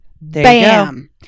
Bam